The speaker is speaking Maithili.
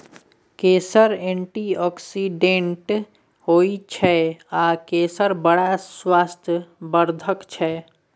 केसर एंटीआक्सिडेंट होइ छै आ केसर बड़ स्वास्थ्य बर्धक छै